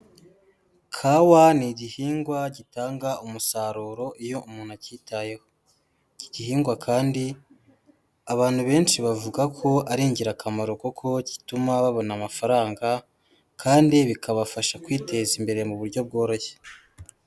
Kawa ni igihingwa gitanga umusaruro iyo umuntu akitayeho, iki gihingwa kandi abantu benshi bavuga ko ari ingirakamaro kuko gituma babona amafaranga kandi bikabafasha kwiteza imbere mu buryo bworoshye.